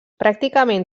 pràcticament